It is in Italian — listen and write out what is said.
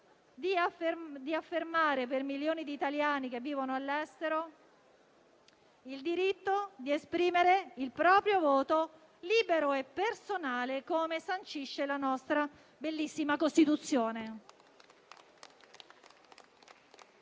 di affermare per milioni di italiani che vivono all'estero il diritto di esprimere il proprio voto libero e personale, come sancisce la nostra bellissima Costituzione.